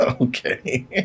okay